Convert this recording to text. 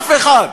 אף אחד.